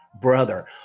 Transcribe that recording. brother